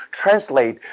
translate